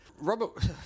Robert